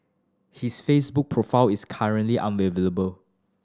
his Facebook profile is currently unavailable